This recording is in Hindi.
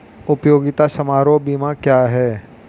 उपयोगिता समारोह बीमा क्या है?